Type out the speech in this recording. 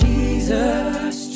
Jesus